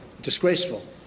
disgraceful